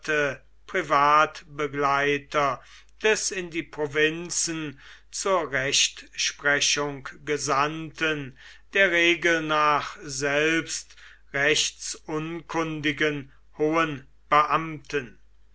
privatbegleiter des in die provinzen zur rechtsprechung gesandten der regel nach selbst rechtsunkundigen hohen beamten